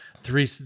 Three